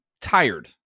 tired